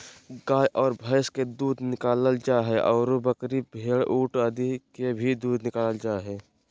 गाय आर भैंस के दूध निकालल जा हई, आरो बकरी, भेड़, ऊंट आदि के भी दूध निकालल जा हई